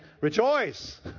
Rejoice